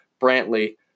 Brantley